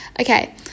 okay